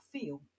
feel